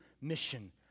mission